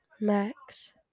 Max